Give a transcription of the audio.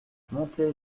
montée